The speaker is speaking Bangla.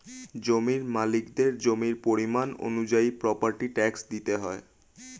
জমির মালিকদের জমির পরিমাণ অনুযায়ী প্রপার্টি ট্যাক্স দিতে হয়